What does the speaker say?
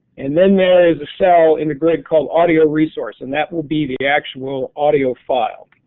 and then there is a cell in the grid called audio resource and that will be the actual audio file